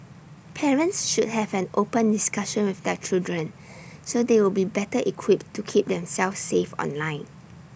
parents should have an open discussion with their children so they will be better equipped to keep themselves safe online